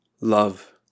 love